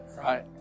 right